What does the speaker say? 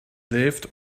lived